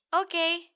Okay